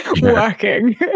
working